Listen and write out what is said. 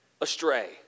astray